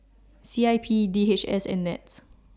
C I P D H S and Nets